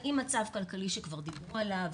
עם מצב כלכלי שכבר דיברו עליו,